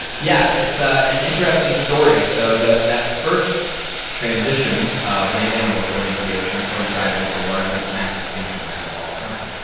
yeah it's ah an interesting story. so that first transition of land animals going into the ocean coincides with the largest mass extinction event of all time,